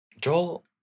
Joel